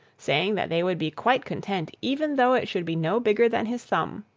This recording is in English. saying that they would be quite content even though it should be no bigger than his thumb.